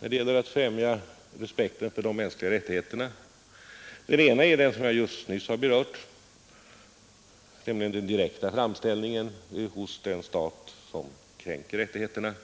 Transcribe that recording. när det gäller att främja respekten för de mänskliga rättigheterna. Den ena är den som jag nyss har berört, nämligen den direkta framställningen hos den stat som kränker rättigheterna.